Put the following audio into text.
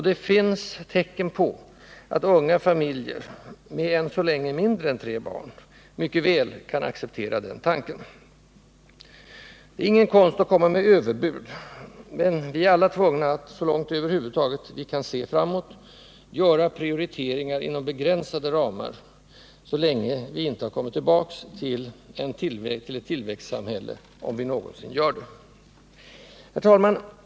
Det finns tecken på att unga familjer med än så länge färre än tre barn mycket väl kan acceptera den tanken. Det är ingen konst att komma med överbud, men vi är alla tvungna att göra prioriteringar inom begränsade ramar så länge vi inte har kommit tillbaka till tillväxtsamhället — om vi någonsin gör det. Herr talman!